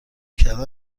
کردن